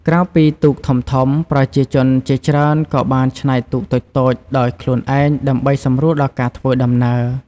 ក្រៅពីទូកធំៗ ប្រជាជនជាច្រើនក៏បានច្នៃទូកតូចៗដោយខ្លួនឯងដើម្បីសម្រួលដល់ការធ្វើដំណើរ។